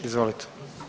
Izvolite.